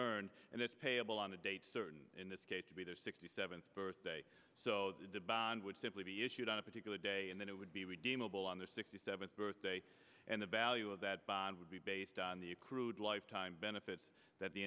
earned and it's payable on a date certain in this case to be the sixty seventh birthday so the dubon would simply be issued on a particular day and then it would be redeemable on the sixty seventh birthday and the value of that bond would be based on the accrued lifetime benefit that the